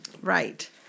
Right